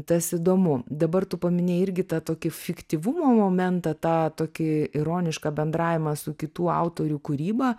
tas įdomu dabar tu paminėjai irgi tą tokį fiktyvumo momentą tą tokį ironišką bendravimą su kitų autorių kūryba